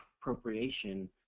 appropriation